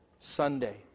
Sunday